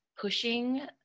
pushing